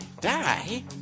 Die